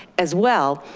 as well,